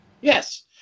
yes